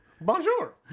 Bonjour